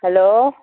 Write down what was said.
hello